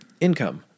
Income